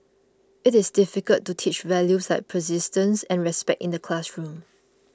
it is difficult to teach values like persistence and respect in the classroom